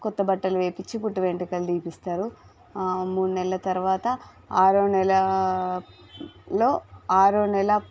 కొత్త బట్టలు వేయించి పుట్టిన వెంట్రుకలు తీపిస్తారు మూడు నెలల తర్వాత ఆరోనెలలో ఆరోనెల